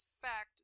fact